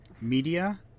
media